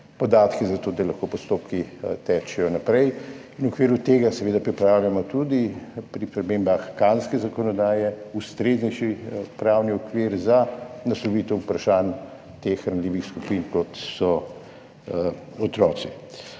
podatki za to, da lahko postopki tečejo naprej. V okviru tega seveda pripravljamo tudi pri spremembah kazenske zakonodaje ustreznejši pravni okvir za naslovitev vprašanj teh ranljivih skupin, kot so otroci.